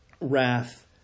wrath